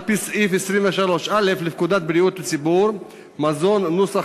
על-פי סעיף 23(א) לפקודת בריאות הציבור (מזון) ,